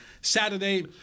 Saturday